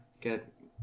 get